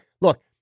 Look